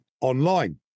online